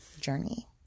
journey